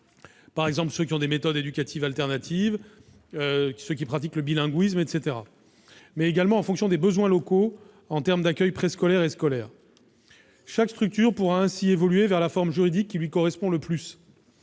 par exemple, ceux qui ont des méthodes éducatives alternatives, ceux qui pratiquent le bilinguisme, etc. -, mais également en fonction des besoins locaux en matière d'accueil préscolaire et scolaire. Chaque structure pourra ainsi évoluer vers la forme juridique qui lui correspond le plus.